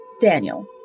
Daniel